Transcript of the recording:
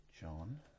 John